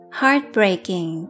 heartbreaking